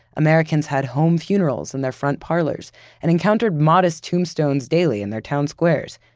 americans had home funerals in their front parlors and encountered modest tombstones daily in their town squares.